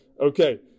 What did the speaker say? Okay